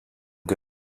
good